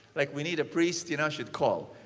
like we need a priest, you know, she'd call.